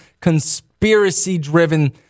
conspiracy-driven